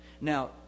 now